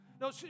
No